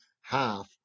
half